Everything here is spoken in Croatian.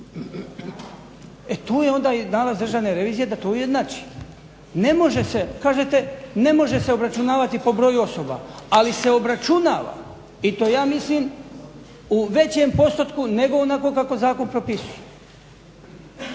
E to je onda nalaz državne revizije da to ujednači, ne može se, kažete ne može se obračunavati po broju osoba ali se obračunava i to ja mislim u većem postotku nego onako kako zakon propisuje